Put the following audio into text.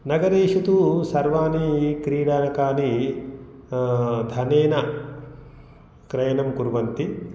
नगरेषु तु सर्वाणि क्रीडानकानि धनेन क्रयनं कुर्वन्ति